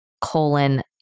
colon